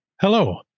Hello